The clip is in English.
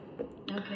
Okay